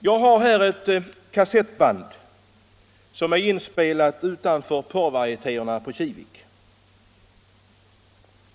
Jag har här ett kassettband som är inspelat utanför porrvarietéerna i Kivik.